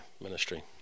ministry